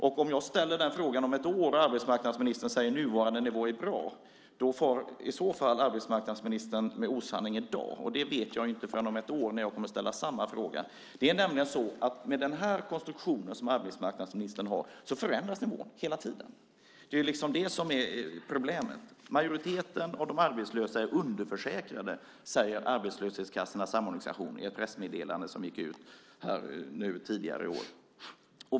Om jag ställer den frågan om ett år och arbetsmarknadsministern säger att nuvarande nivå är bra far arbetsmarknadsministern med osanning i dag. Det vet jag inte förrän om ett år, när jag kommer att ställa samma fråga. Med den konstruktion som arbetsmarknadsministern har förändras nämligen nivån hela tiden. Det är det som är problemet. Majoriteten av de arbetslösa är underförsäkrade, säger Arbetslöshetskassornas samorganisation i ett pressmeddelande som gick ut tidigare i år.